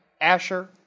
Asher